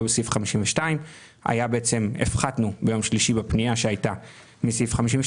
בסעיף 52. הפחתנו ביום שלישי בפנייה שהייתה מסעיף 52